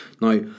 Now